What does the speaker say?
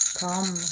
come